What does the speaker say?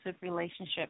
relationship